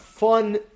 fun